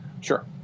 Sure